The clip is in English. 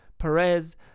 Perez